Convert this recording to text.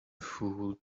fool